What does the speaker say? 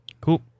Cool